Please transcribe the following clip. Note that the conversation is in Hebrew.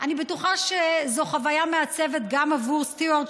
אני בטוחה שזו חוויה מעצבת גם עבור סטיוארט,